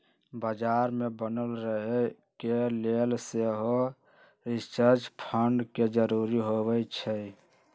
बजार में बनल रहे के लेल सेहो रिसर्च फंड के जरूरी होइ छै